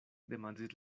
demandis